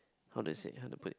how they say how to put it